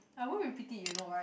I won't be pitied you know right